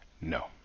no